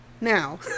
Now